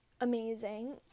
amazing